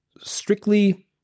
strictly